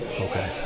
Okay